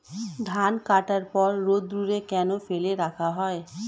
ধান কাটার পর রোদ্দুরে কেন ফেলে রাখা হয়?